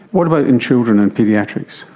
what about in children and paediatrics?